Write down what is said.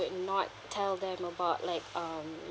not tell them about like um